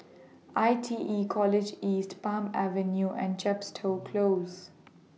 I T E College East Palm Avenue and Chepstow Close